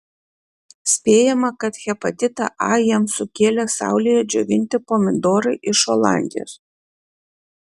spėjama kad hepatitą a jiems sukėlė saulėje džiovinti pomidorai iš olandijos